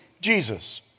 Jesus